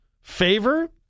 favor